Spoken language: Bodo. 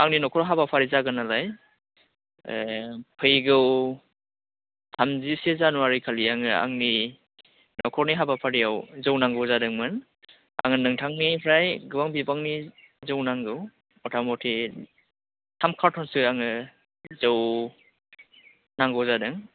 आंनि न'खराव हाबाफारि जागोन नालाय फैगौ थामजिसे जानवारिखालि आंनि न'खरनि हाबाफारियाव जौ नांगौ जादोंमोन आंनो नोंथांनिफ्राय गोबां बिबाननि जौ नांगौ म'था मथि थाम कार्टनसो आङो जौ नांगौ जादों